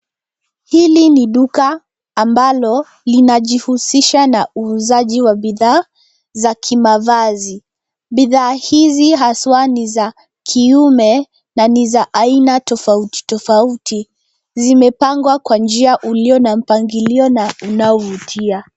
Hili ni duka ambalo linajihusisha na uuzaji wa bidhaa za kimavazi. Bidhaa hizi haswa ni za kiume, na ni za aina tofauti tofauti. Zimepangwa kwa njia ulio na mpangilio na unaovutia.